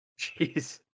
jeez